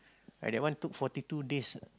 right that one took forty two days